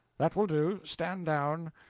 that will do. stand down.